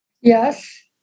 Yes